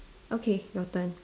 okay your turn